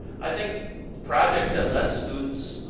i think projects that let students,